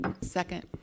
Second